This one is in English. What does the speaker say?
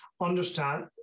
understand